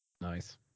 Nice